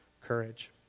courage